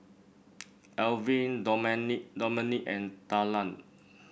Alwine Dominic Dominic and Talan